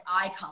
icon